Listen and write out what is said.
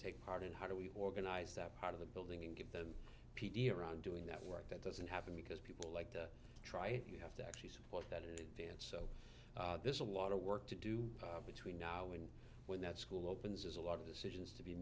take part in how do we organize that part of the building and give them around doing that work that doesn't happen because people like to try it you have to actually support that it is there's a lot of work to do between now and when that school opens as a lot of decisions to be